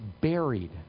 buried